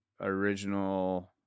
original